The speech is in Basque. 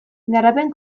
garapen